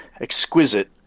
exquisite